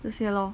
这些咯